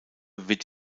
wird